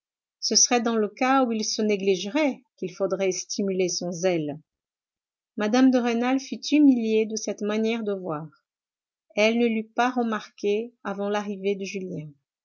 ce serait dans le cas où il se négligerait qu'il faudrait stimuler son zèle mme de rênal fut humiliée de cette manière de voir elle ne l'eût pas remarquée avant l'arrivée de julien